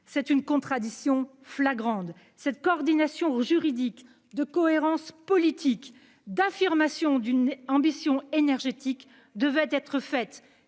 d'une contradiction flagrante ! Cette coordination juridique d'une cohérence politique et de l'affirmation d'une ambition énergétique devait être opérée